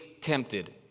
tempted